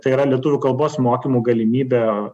tai yra lietuvių kalbos mokymų galimybė